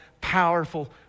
powerful